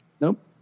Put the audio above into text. Nope